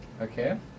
Okay